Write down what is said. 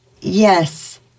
Yes